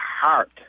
heart